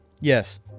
Yes